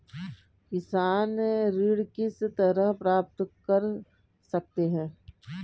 किसान ऋण किस तरह प्राप्त कर सकते हैं?